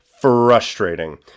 frustrating